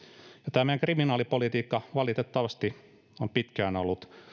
tämä meidän kriminaalipolitiikka valitettavasti on pitkään ollut